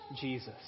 Jesus